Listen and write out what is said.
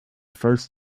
first